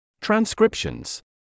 Transcriptions